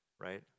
Right